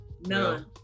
None